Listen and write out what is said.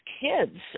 kids